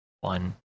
One